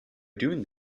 doing